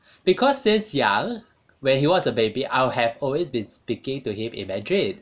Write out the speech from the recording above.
because since young when he was a baby I'll have always been speaking to him in mandarin